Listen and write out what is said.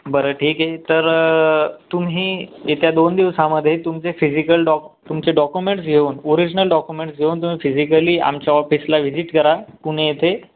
बरं ठीक आहे तर तुम्ही येत्या दोन दिवसामध्ये तुमचे फिजिकल डाॅ तुमचे डॉक्युमेंट घेऊन ओरीजनल डॉक्युमेंटस् घेऊन तुम्ही फिजिकली आमच्या ऑफीसला व्हिजिट करा पुणे येथे